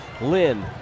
Lynn